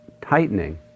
tightening